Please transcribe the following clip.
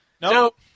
Nope